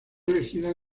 elegida